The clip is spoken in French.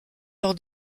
leur